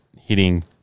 hitting